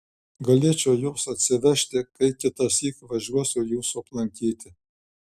galėčiau juos atsivežti kai kitąsyk važiuosiu jūsų aplankyti